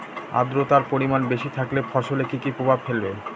আদ্রর্তার পরিমান বেশি থাকলে ফসলে কি কি প্রভাব ফেলবে?